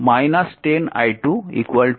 এটি নম্বর সমীকরণ